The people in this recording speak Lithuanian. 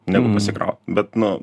negu pasikraut bet nu